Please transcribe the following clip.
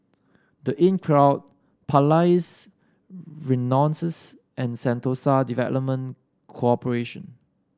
The Inncrowd Palais Renaissance and Sentosa Development Corporation